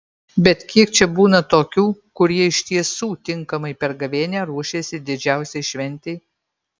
bet kiek čia būna tokių kurie iš tiesų tinkamai per gavėnią ruošėsi didžiausiai šventei